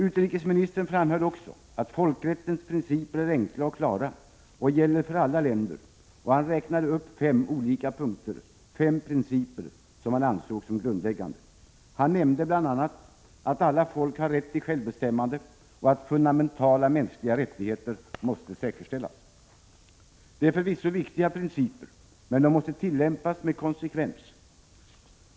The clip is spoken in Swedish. Utrikesministern framhöll också att folkrättens principer är enkla och klara och gäller för alla länder, och han räknade upp fem olika punkter — fem principer — som han ansåg vara grundläggande. Han nämnde bl.a. att alla folk har rätt till självbestämmande och att fundamentala mänskliga rättigheter måste säkerställas. Det är förvisso viktiga principer, men de måste tillämpas med konsekvens.